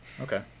okay